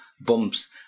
bumps